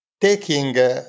taking